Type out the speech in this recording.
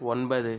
ஒன்பது